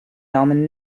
daumen